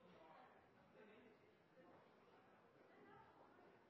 det den er nå. Ja,